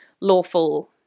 lawful